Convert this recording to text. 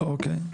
אוקיי.